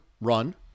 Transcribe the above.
Run